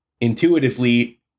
intuitively